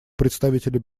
представителя